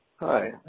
Hi